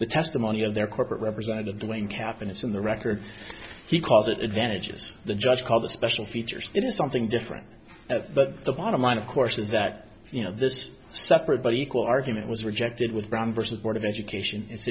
the testimony of their corporate representative doing cap and it's in the record he calls it advantages the judge called the special features into something different but the bottom line of course is that you know this separate but equal argument was rejected with brown versus board of education i